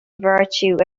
virtue